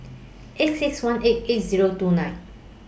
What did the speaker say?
eight six one eight eight Zero two nine